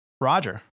Roger